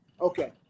okay